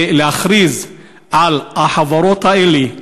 להכריז על החברות האלה,